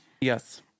Yes